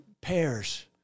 pairs